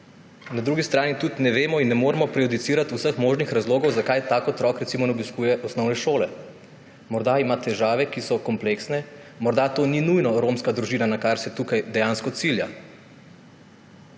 Na drugi strani tudi ne vemo in ne moremo prejudicirati vseh možnih razlogov, zakaj tak otrok recimo ne obiskuje osnovne šole. Morda ima težave, ki so kompleksne, morda to ni nujno romska družina, na kar se tukaj dejansko cilja.